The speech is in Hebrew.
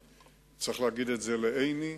צריך להגיד את זה לעיני,